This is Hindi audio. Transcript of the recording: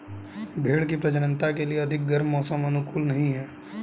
भेंड़ की प्रजननता के लिए अधिक गर्म मौसम अनुकूल नहीं है